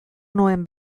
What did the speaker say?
nuen